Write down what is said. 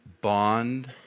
bond